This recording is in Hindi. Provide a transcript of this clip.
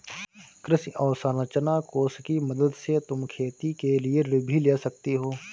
कृषि अवसरंचना कोष की मदद से तुम खेती के लिए ऋण भी ले सकती हो